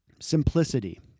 Simplicity